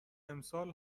امسال